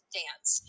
dance